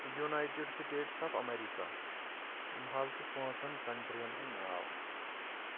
United States of America یِم حظ چھِ پانٛژن کَنٹرٛیٖیَن ہُنٛد ناو